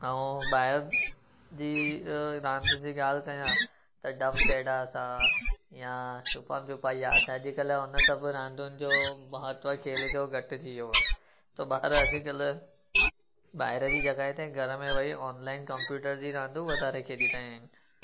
ऐं ॿाहिरि जी अ रांदि जी ॻाल्हि कयां त डमशेराज़ आहे या छुपमि छुपाई यादि आहे अॼुकल्ह उन सभु रांदियुनि जो महत्व खेल जो घटिजी वियो आहे त ॿार अॼुकल्ह ॿाहिरि जी जॻहि ते घर में वेही ऐं ऑनलाइन कम्पयूटर जी रांदियूं वधारे खेॾी रहिया आहिनि